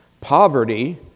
Poverty